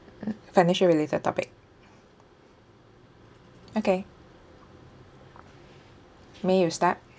mm financial related topic okay may you start